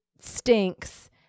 stinks